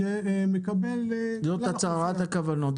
זאת הצהרת הכוונות.